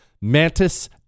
Mantis